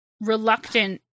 reluctant